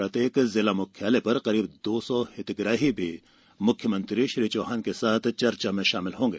प्रत्येक जिला मुख्यालय पर करीब दो सौ हितग्राही मुख्यमंत्री श्री चौहान के साथ चर्चा में शामिल होंगे